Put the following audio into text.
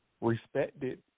respected